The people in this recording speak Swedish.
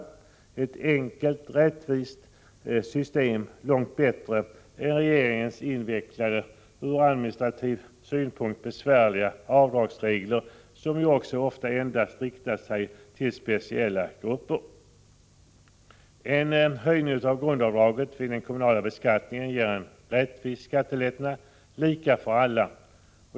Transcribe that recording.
Det är ett enkelt, rättvist system, långt bättre än regeringens invecklade och ur administrativ synpunkt besvärliga avdragsregler, som ju också endast har riktat sig till speciella grupper. En höjning av grundavdraget vid den kommunala beskattningen ger en rättvis skattelättnad — lika för alla.